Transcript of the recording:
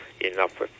enough